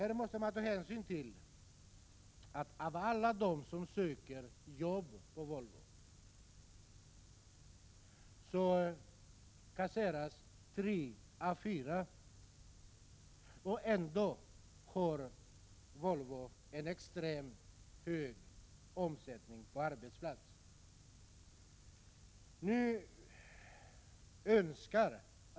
Här måste man ta hänsyn till att av alla dem som söker jobb på Volvo ”kasseras” tre av fyra, trots att Volvo har en extremt hög omsättning på sina många olika arbetsplatser.